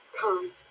come